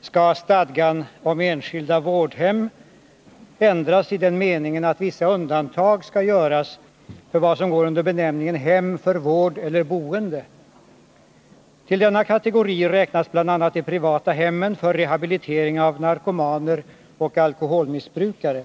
skall stadgan om enskilda vårdhem ändras i den meningen att vissa undantag skall göras för vad som går under benämningen hem för vård eller boende. Till denna kategori räknas bl.a. de privata hemmen för rehabilitering av narkomaner och alkoholmissbrukare.